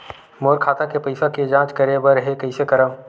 मोर खाता के पईसा के जांच करे बर हे, कइसे करंव?